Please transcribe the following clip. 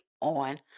on